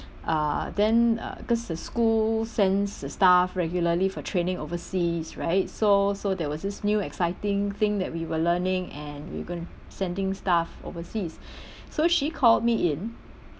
uh then uh because the school sends the staff regularly for training overseas right so so there was this new exciting thing that we were learning and we're going to sending staff overseas so she called me in